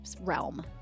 realm